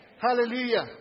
Hallelujah